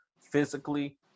physically